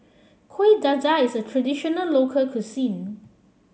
Kuih Dadar is a traditional local cuisine